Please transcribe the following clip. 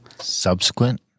subsequent